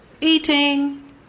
eating